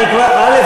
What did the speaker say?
א.